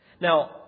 Now